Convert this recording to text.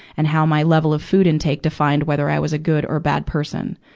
and how my level of food intake defined whether i was a good or bad person.